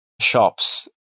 shops